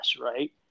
right